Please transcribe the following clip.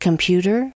Computer